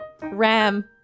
ram